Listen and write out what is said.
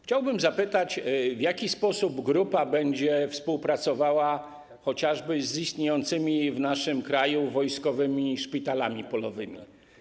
Chciałbym zapytać, w jaki sposób grupa będzie współpracowała chociażby z istniejącymi w naszym kraju wojskowymi szpitalami polowymi.